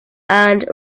and